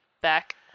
back